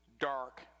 dark